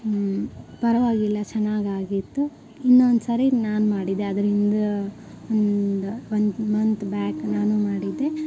ಹ್ಞೂ ಪರವಾಗಿಲ್ಲ ಚೆನ್ನಾಗಾಗಿತ್ತು ಇನ್ನೊಂದ್ಸರಿ ನಾನು ಮಾಡಿದ್ದೆ ಅದ್ರ ಹಿಂದೆ ಒಂದು ಒಂದು ಮಂತ್ ಬ್ಯಾಕ್ ನಾನೂ ಮಾಡಿದ್ದೆ